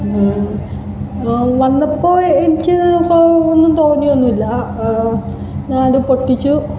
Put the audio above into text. അപ്പോൾ വന്നപ്പോൾ എനിക്കത് ഒന്നും തോന്നിയൊന്നും ഇല്ല അത് പൊട്ടിച്ചു